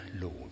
Lord